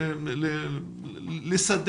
להעיר